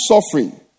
suffering